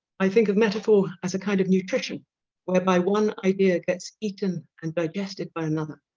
i think of metaphor as a kind of nutrition whereby one idea gets eaten and digested by another